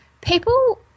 people